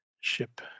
ship